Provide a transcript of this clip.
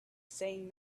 saying